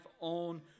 on